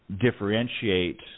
differentiate